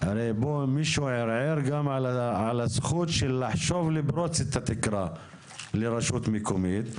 הרי פה מישהו ערער גם על הזכות של לחשוב לפרוץ את התקרה לרשות מקומית.